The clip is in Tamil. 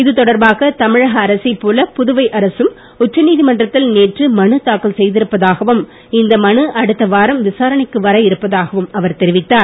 இது தொடர்பாக தமிழக அரசைப் போல புதுவை அரசும் உச்ச நீதிமன்றத்தில் நேற்று மனு தாக்கல் செய்திருப்பதாகவும் இந்த மனு அடுத்த வாரம் விசாரணைக்கு வர இருப்பதாகவும் அவர் தெரிவித்தார்